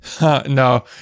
No